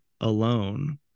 alone